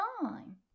time